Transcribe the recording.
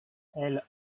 elle